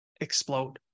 explode